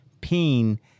peen